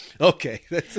Okay